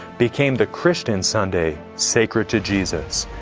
became the christian sunday, sacred to jesus.